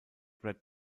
red